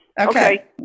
Okay